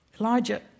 Elijah